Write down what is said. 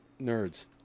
nerds